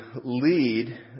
lead